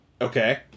Okay